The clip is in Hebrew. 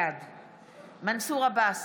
בעד מנסור עבאס,